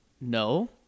no